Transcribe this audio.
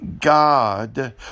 God